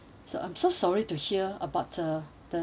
so I'm so sorry to hear about uh the~